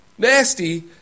Nasty